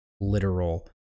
literal